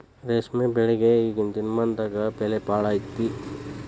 ರೇಶ್ಮೆ ಬೆಳಿಗೆ ಈಗೇನ ದಿನಮಾನದಾಗ ಬೆಲೆ ಭಾಳ ಐತಿ